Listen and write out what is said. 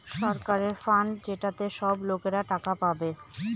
সরকারের ফান্ড যেটাতে সব লোকরা টাকা পাবে